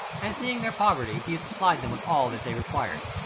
and seeing their poverty, he supplied them with all that they required.